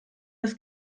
das